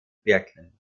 birken